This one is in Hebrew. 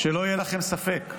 שלא יהיה לכם ספק.